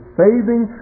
saving